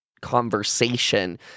conversation